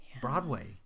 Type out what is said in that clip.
Broadway